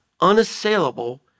unassailable